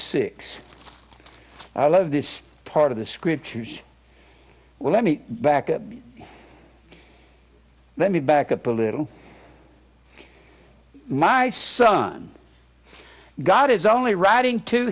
six i love this part of the scriptures well let me back up let me back up a little my son god is only writing to